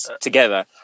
together